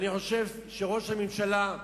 אני חושב שראש הממשלה,